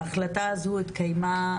ההחלטה הזו התקיימה,